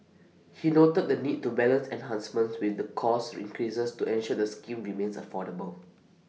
he noted the need to balance enhancements with the cost increases to ensure the scheme remains affordable